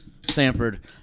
Stanford